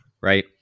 right